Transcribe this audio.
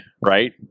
right